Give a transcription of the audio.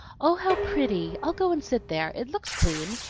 oh, how pretty! i'll go and sit there. it looks clean,